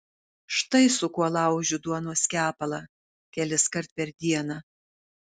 štai su kuo laužiu duonos kepalą keliskart per dieną